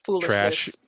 trash